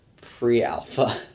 Pre-Alpha